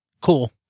cool